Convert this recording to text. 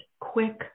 quick